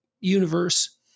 universe